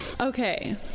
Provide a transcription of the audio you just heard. Okay